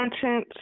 content